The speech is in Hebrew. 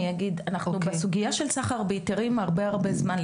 אנחנו בסוגיה של סחר בהיתרים אנחנו הרבה הרבה זמן,